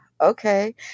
okay